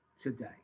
today